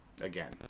again